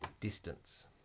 distance